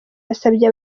yasabye